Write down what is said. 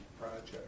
project